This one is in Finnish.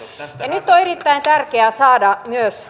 nyt on erittäin tärkeää saada